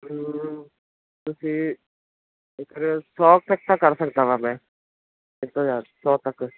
ਤੁਸੀਂ ਇਕ ਹਜ਼ਾਰ ਸੌ ਤੱਕ